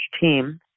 team